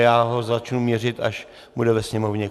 Já ho začnu měřit, až bude ve sněmovně klid.